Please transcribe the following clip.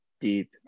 deep